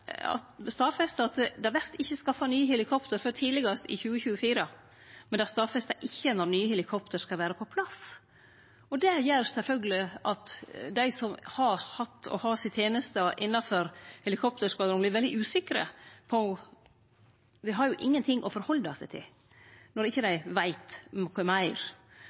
at det ikkje vert skaffa nye helikopter før tidlegast i 2024, men det stadfestar ikkje når nye helikopter skal vere på plass. Det gjer sjølvsagt at dei som har hatt og har teneste innanfor helikopterskvadronen, vert veldig usikre, dei har ingen ting å forhalde seg til når dei ikkje veit noko meir.